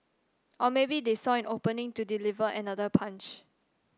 or maybe they saw an opening to deliver another punch